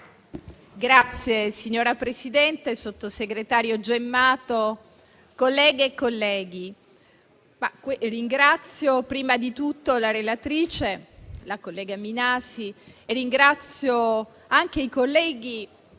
Signora Presidente, sottosegretario Gemmato, colleghe e colleghi, ringrazio prima di tutto la relatrice, la collega Minasi, e ringrazio anche i colleghi